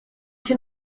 się